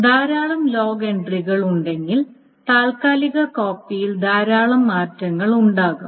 ധാരാളം ലോഗ് എൻട്രികൾ ഉണ്ടെങ്കിൽ താൽക്കാലിക കോപ്പിയിൽ ധാരാളം മാറ്റങ്ങൾ ഉണ്ടാകും